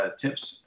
tips